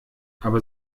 aber